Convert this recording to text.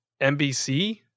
NBC